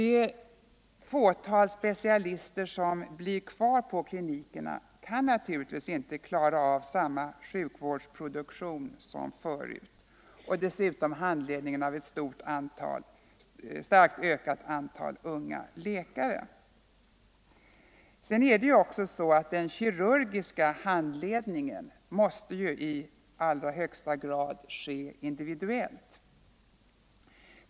Det fåtal specialister som blir kvar på klinikerna kan naturligtvis inte klara av samma sjukvårdsproduktion som förut och dessutom handledningen av ett starkt ökat antal unga läkare. Den kirurgiska handledningen måste ju i hög grad ske individuellt.